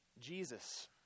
Jesus